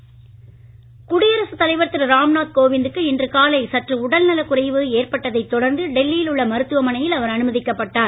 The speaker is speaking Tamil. குடியரசுதலைவர் குடியரசு தலைவர் திரு ராம்நாத் கோவிந்துக்கு இன்று காலை சற்று உடல் நலக்குறைவு ஏற்பட்டதை அடுத்து டெல்லியில் உள்ள மருத்துவமனையில் அனுமதிக்கப்பட்டார்